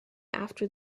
after